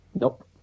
Nope